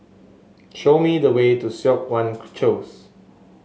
show me the way to Siok Wan